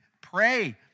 Pray